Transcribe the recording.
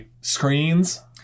screens